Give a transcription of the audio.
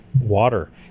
Water